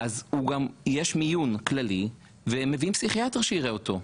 אז גם יש מיון כללי ומביאים פסיכיאטר שיראה אותו,